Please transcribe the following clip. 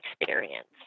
experience